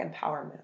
empowerment